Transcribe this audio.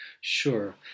sure